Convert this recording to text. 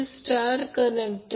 944 angle 26